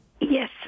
Yes